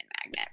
magnet